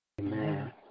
Amen